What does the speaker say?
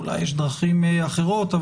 אולי יש דרכים אחרות,